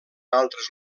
altres